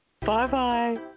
Bye-bye